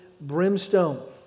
brimstone